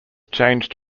changed